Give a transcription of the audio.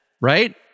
right